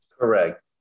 Correct